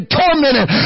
tormented